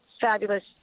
Fabulous